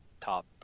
top